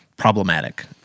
Problematic